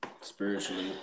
spiritually